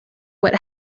what